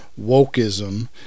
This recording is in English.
wokeism